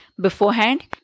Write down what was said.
beforehand